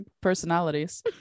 personalities